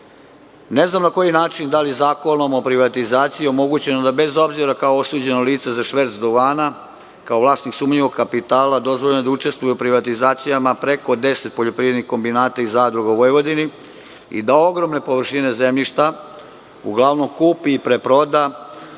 ne znam na koji način, da li Zakonom o privatizaciji omogućeno da bez obzira kao osuđeno lice za šverc duvana, kao vlasnik sumnjivog kapitala dozvoljeno da učestvuje u privatizacijama preko deset poljoprivrednih kombinata i zadruga u Vojvodini i da ogromne površine zemljišta uglavnom kupi i preproda